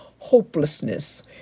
hopelessness